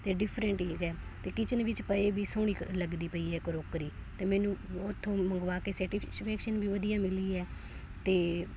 ਅਤੇ ਡਿਫਰੈਂਟ ਅਤੇ ਕਿਚਨ ਵਿੱਚ ਪਏ ਵੀ ਸੋਹਣੀ ਲੱਗਦੀ ਪਈ ਹੈ ਕਰੋਕਰੀ ਅਤੇ ਮੈਨੂੰ ਉੱਥੋਂ ਮੰਗਵਾ ਕੇ ਸਰਟੀਫਿਕੇਸ਼ਨ ਵੀ ਵਧੀਆ ਮਿਲੀ ਹੈ ਅਤੇ